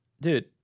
Dude